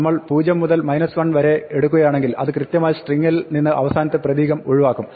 നമ്മൾ 0 മുതൽ 1 വരെ എടുക്കുകയാണെങ്കിൽ അത് കൃത്യമായി സ്ട്രിങ്ങിൽ നിന്ന് അവസാനത്തെ പ്രതീകം ഒഴിവാക്കും